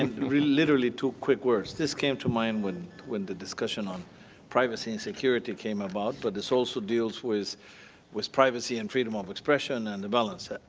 rue literally two quick words. this came to mind when when the discussion on privacy and security came about, but this also deals with with privacy and freedom of expression and the balance.